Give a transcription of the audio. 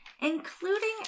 including